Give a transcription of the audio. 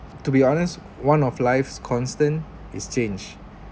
to be honest one of life's constant is change